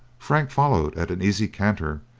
frank followed at an easy canter,